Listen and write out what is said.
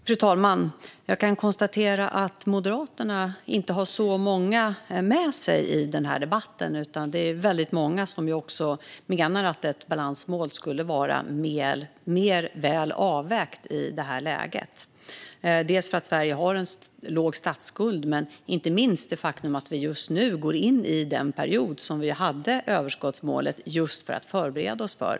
Fru talman! Jag kan konstatera att Moderaterna inte har särskilt många med sig i debatten, utan det är väldigt många andra som också menar att ett balansmål skulle vara mer väl avvägt i detta läge. Sverige har dels en låg statsskuld, dels går vi just nu in i den period som vi skapade överskottsmålet som förberedelse för.